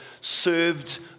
served